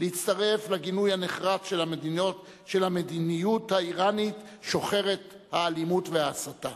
להצטרף לגינוי הנחרץ של המדיניות האירנית שוחרת האלימות וההסתה.